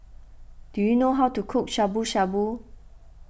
do you know how to cook Shabu Shabu